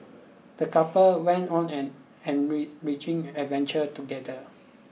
the couple went on an an riching adventure together